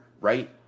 right